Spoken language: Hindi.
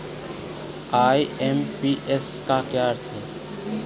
आई.एम.पी.एस का क्या अर्थ है?